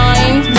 Mind